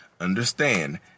understand